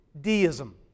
deism